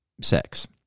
sex